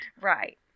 Right